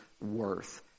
worth